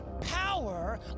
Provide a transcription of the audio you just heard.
power